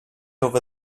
over